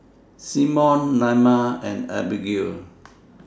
Symone Naima and Abigail